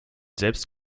selbst